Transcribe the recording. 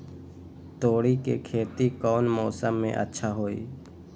तोड़ी के खेती कौन मौसम में अच्छा होई?